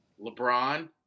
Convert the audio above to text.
LeBron